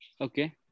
Okay